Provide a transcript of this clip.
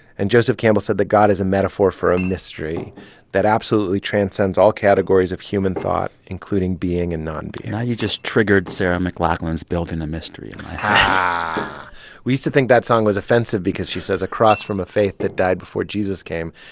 and joseph campbell said that god is a metaphor for a mystery that absolutely transcends all categories of human thought, including being and nonbeing now you just triggered sarah mclachlan's building a mystery and in my we used to think that song was offensive because she says a cross from a faith that died before jesus came.